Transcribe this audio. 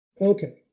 okay